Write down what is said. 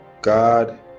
God